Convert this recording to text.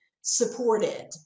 supported